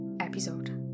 episode